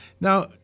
Now